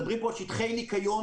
מדברים על שטחי ניקיון